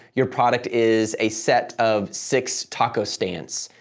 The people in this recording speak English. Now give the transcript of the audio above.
your product is a set of six taco stands.